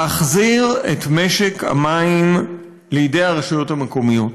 להחזיר את משק המים לידי הרשויות המקומיות.